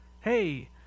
Hey